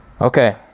Okay